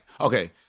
okay